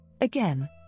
Again